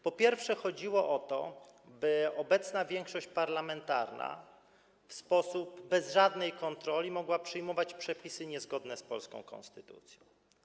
Po pierwsze, chodziło o to, by obecna większość parlamentarna bez żadnej kontroli mogła przyjmować przepisy niezgodne z polską konstytucją.